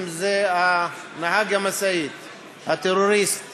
שנהג המשאית הטרוריסט